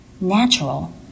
natural